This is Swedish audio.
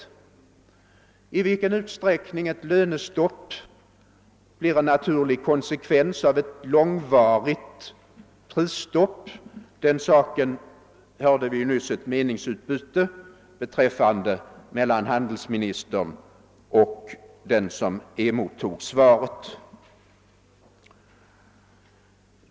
Vi hörde nyss ett meningsutbyte med handelsministern inblandad om i vilken utsträckning ett lönestopp blir en naturlig konsekvens av ett långvarigt prisstopp.